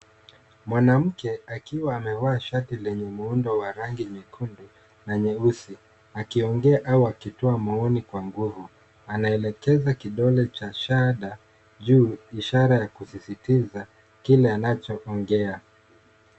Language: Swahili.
Mwanamke akiwa amevaa shati lenye muundo wa rangi nyekundu na nyeusi akiongea au akitoa maoni kwa nguvu. Anaelekeza kidole cha shada juu ishara ya kusisitiza kile anachoongea.